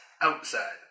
outside